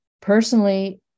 Personally